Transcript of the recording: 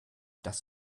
das